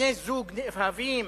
לבני-זוג נאהבים